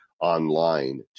online